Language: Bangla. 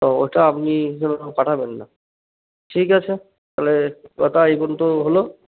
ত ওটা আপনি যেন পাঠাবেন না ঠিক আছে তহলে কথা এ পর্যন্ত হলো